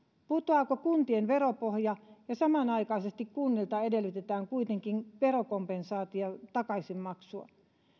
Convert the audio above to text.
putoaako kuntien veropohja ja edellytetäänkö kunnilta kuitenkin samanaikaisesti verokompensaation takaisinmaksua